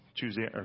Tuesday